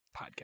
podcast